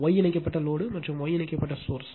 Y இணைக்கப்பட்ட load மற்றும் Y இணைக்கப்பட்ட சோர்ஸ்